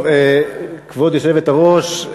כבוד היושבת-ראש,